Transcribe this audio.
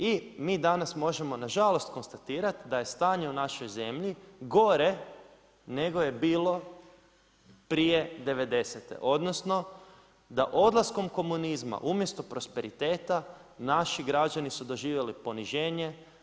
I mi danas nažalost možemo konstatirat da je stanje u našoj zemlji gore nego je bilo prije '90. odnosno da odlaskom komunizma umjesto prosperiteta, naši građani su doživjeli poniženje.